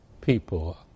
people